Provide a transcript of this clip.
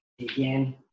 Again